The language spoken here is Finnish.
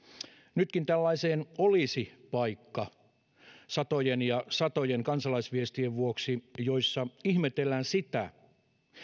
nytkin tällaiseen olisi paikka satojen ja satojen kansalaisviestien vuoksi joissa ihmetellään sitä